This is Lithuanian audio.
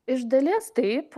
iš dalies taip